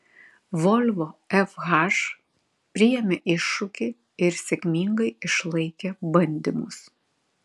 volvo fh priėmė iššūkį ir sėkmingai išlaikė bandymus